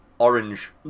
orange